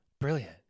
brilliant